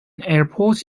airport